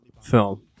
film